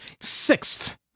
Sixth